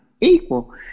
equal